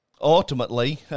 Ultimately